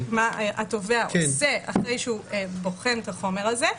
התובע עושה אחרי שהוא בוחן את החומר הזה.